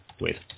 Wait